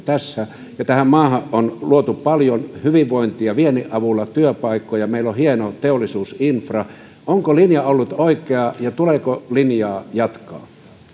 tässä ja tähän maahan on luotu paljon hyvinvointia viennin avulla työpaikkoja meillä on hieno teollisuusinfra niin onko linja ollut oikea ja tuleeko linjaa jatkaa